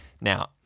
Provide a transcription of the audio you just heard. Now